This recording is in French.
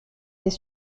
des